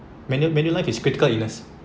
manu~ Manulife is critical illness